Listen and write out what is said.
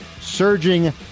surging